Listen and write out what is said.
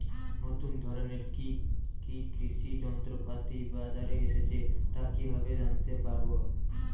নতুন ধরনের কি কি কৃষি যন্ত্রপাতি বাজারে এসেছে তা কিভাবে জানতেপারব?